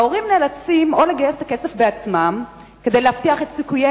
ההורים נאלצים לגייס את הכסף בעצמם כדי להבטיח את סיכויי